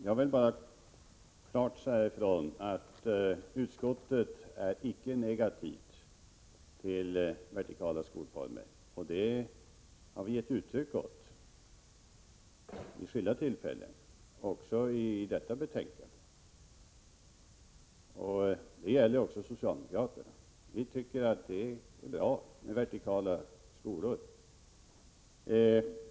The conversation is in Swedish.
Herr talman! Jag vill bara klart säga ifrån att utskottet icke är negativt till vertikala skolformer. Det har vi gett uttryck åt vid skilda tillfällen, även i detta betänkande. Det gäller också socialdemokraterna. Vi tycker att det är bra med vertikala skolor.